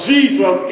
Jesus